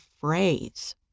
phrase